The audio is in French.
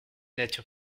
nature